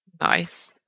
Nice